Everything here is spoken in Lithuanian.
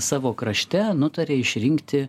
savo krašte nutarė išrinkti